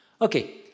Okay